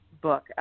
book